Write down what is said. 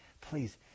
please